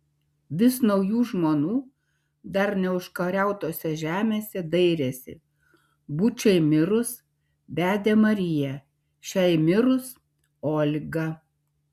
vis naujų žmonų dar neužkariautose žemėse dairėsi bučai mirus vedė mariją šiai mirus olgą